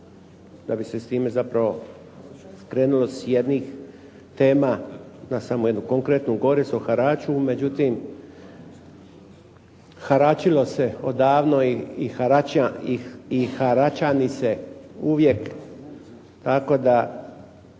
da bi se s time zapravo skrenulo s jednim tema na samo jednu konkretnu. Govori se o haraču, međutim haračilo se odavno i haračani se uvijek, tako da